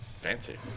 Fancy